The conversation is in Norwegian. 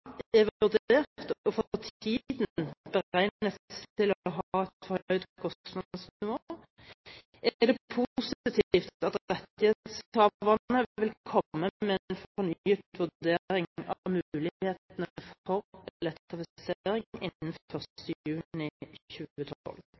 og for tiden beregnet til å ha et for høyt kostnadsnivå, er det positivt at rettighetshaverne vil komme med en fornyet vurdering av mulighetene for elektrifisering innen